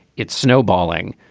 it's snowballing.